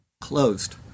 closed